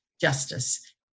justice